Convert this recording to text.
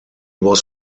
was